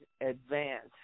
advance